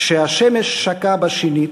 / כשהשמש שקעה בשנית.